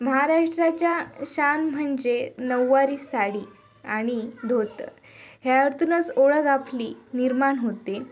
महाराष्ट्राच्या शान म्हणजे नऊवारी साडी आणि धोतर ह्यातूनच ओळख आपली निर्माण होते